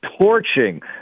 torching